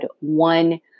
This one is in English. one